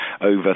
over